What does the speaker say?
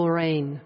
rain